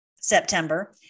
September